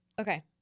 Okay